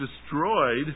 destroyed